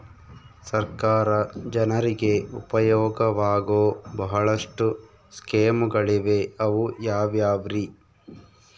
ಸರ್ಕಾರ ಜನರಿಗೆ ಉಪಯೋಗವಾಗೋ ಬಹಳಷ್ಟು ಸ್ಕೇಮುಗಳಿವೆ ಅವು ಯಾವ್ಯಾವ್ರಿ?